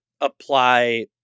apply